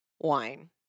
wine